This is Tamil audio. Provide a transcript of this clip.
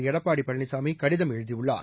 எடப்பாடி பழனிசாமி கடிதம் எழுதியுள்ளார்